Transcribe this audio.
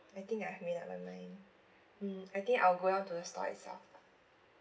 I think I have made up my mind mm I think I'll go down to the store itself lah